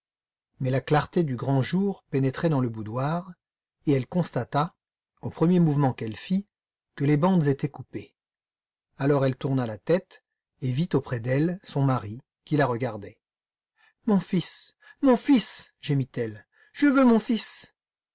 mais la clarté du grand jour pénétrait dans le boudoir et elle constata au premier mouvement qu'elle fit que les bandes étaient coupées alors elle tourna la tête et vit auprès d'elle son mari qui la regardait mon fils mon fils gémit-elle je veux mon fils